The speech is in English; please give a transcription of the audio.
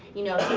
you know?